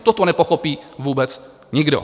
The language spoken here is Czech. Toto nepochopí vůbec nikdo.